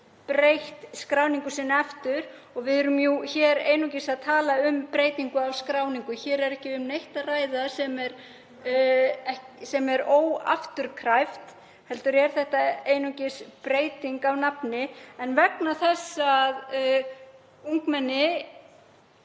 breytt skráningu sinni aftur og við erum jú hér einungis að tala um breytingu á skráningu. Hér er ekki um neitt að ræða sem er óafturkræft heldur er þetta einungis breyting á nafni. En vegna þess að ungmenni